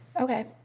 Okay